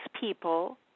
people